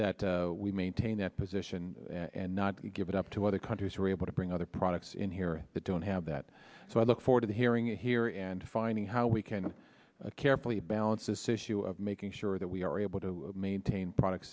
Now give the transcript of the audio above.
that we maintain that position and not give it up to other countries who are able to bring other products in here that don't have that so i look forward to hearing it here and finding how we can carefully balance this issue of making sure that we are able to maintain product